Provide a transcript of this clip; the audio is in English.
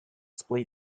split